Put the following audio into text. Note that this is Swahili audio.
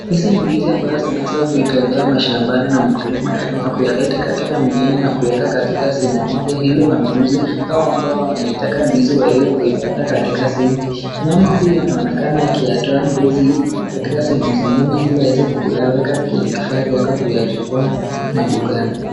Hizi ni ndizi ambazo zimeweza kutolewa shambani na mkulima na kuyaleta katika mjini na kuweka katika sehemu moja ili wanunuzi au ambao wanaitaka ndizi waweze kuipata katika sehemu hii. Mama huyu anaonekana akiyatoa ndizi katika sehemu zingine ili aweze kuyaweka kwenye kifaa chake kuyachukua madukani.